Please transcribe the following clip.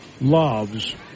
loves